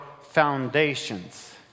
Foundations